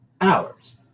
hours